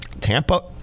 Tampa